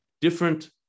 different